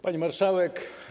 Pani Marszałek!